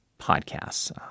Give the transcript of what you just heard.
podcasts